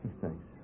Thanks